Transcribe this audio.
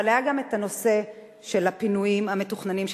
אבל היה גם הנושא של הפינויים המתוכננים של